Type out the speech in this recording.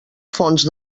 fons